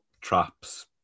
traps